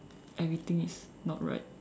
everything is not right